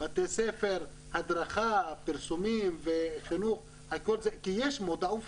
-- בתי ספר, הדרכה, פרסומים וחינוך כי יש מודעות.